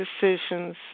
decisions